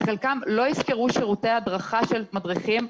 חלקם לא ישכרו שירותי הדרכה של מדריכים,